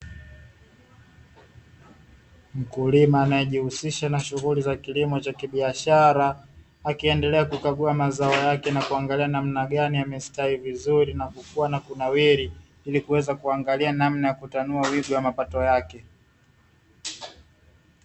Mkulima anayejihusisha na shughuli za kilimo cha kibiashara, akiendelea kukagua mazao yake na kuangalia namna gani yamestawi vizuri na kukua na kunawiri ili kuweza kuangalia namna ya kutanua wigo wa mapato yake.